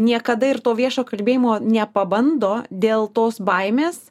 niekada ir to viešo kalbėjimo nepabando dėl tos baimės